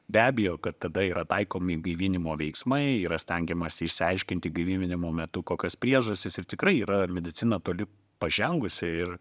be abejo kad tada yra taikomi gaivinimo veiksmai yra stengiamasi išsiaiškinti gaivinimo metu kokios priežastys ir tikrai yra medicina toli pažengusi ir